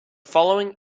following